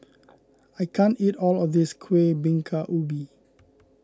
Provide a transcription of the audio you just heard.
I can't eat all of this Kueh Bingka Ubi